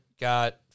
got